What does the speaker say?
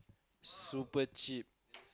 super cheap